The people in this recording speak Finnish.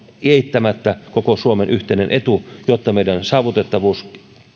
eittämättä koko suomen yhteinen etu jotta meidän saavutettavuus